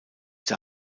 der